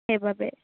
সেইবাবে